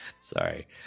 Sorry